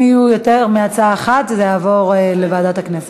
אם יהיו יותר מהצעה אחת, זה יעבור לוועדת הכנסת.